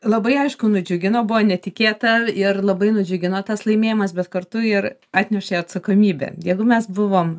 labai aišku nudžiugino buvo netikėta ir labai nudžiugino tas laimėjimas bet kartu ir atnešė atsakomybę jeigu mes buvom